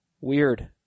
Weird